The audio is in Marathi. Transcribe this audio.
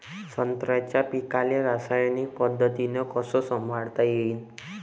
संत्र्याच्या पीकाले रासायनिक पद्धतीनं कस संभाळता येईन?